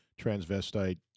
transvestite